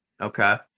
Okay